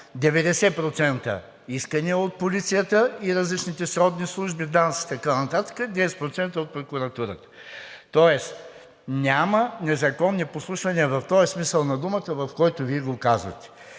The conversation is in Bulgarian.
90% искания от полицията и различните сродни служби – ДАНС и така нататък, и 10% от прокуратурата. Тоест няма незаконни подслушвания в този смисъл на думата, в който Вие го казвате.